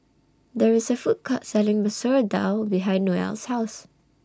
There IS A Food Court Selling Masoor Dal behind Noelle's House